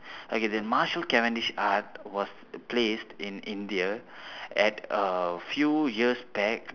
okay the martial cavendish art was placed in india at uh few years back